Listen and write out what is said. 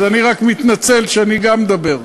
אז אני רק מתנצל שאני גם מדבר.